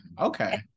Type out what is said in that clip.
okay